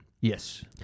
Yes